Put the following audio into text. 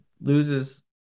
loses